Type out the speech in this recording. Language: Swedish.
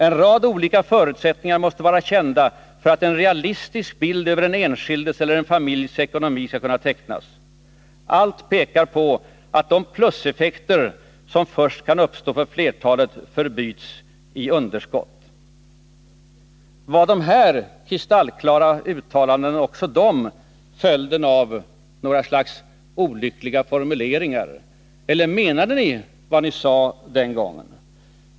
En rad olika förutsättningar måste vara kända för att en realistisk bild över den enskildes eller en familjs ekonomi skall kunna tecknas. Allt pekar på att de pluseffekter som först kan uppstå för flertalet förbyts i underskott.” Var också de här kristallklara uttalandena följden av några slags ”olyckliga formuleringar”, eller menade ni vad ni sade den gången?